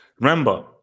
Remember